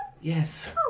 Yes